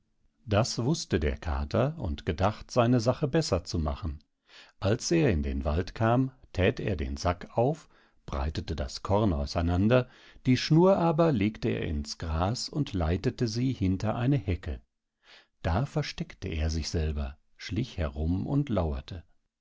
das wußte der kater und gedacht seine sache besser zu machen als er in den wald kam thät er den sack auf breitete das korn auseinander die schnur aber legte er ins gras und leitete sie hinter eine hecke da versteckte er sich selber schlich herum und lauerte